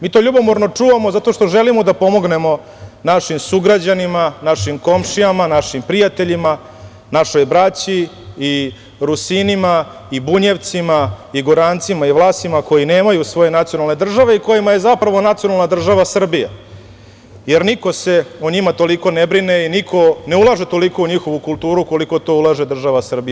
Mi to ljubomorno čuvamo zato što želimo da pomognemo našim sugrađanima, našim komšijama, našim prijateljima, našoj braći i Rusinima, i Bunjevcima, i Gorancima i Vlasima koji nemaju svoje nacionalne države i kojima je zapravo nacionalna država Srbija, jer niko se o njima toliko ne brine i niko ne ulaže toliko u njihovu kulturu koliko to ulaže država Srbija.